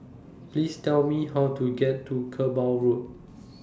Please Tell Me How to get to Kerbau Road